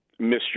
Mr